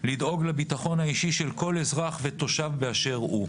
לדאוג לביטחון האישי של כל אזרח ותושב באשר הוא,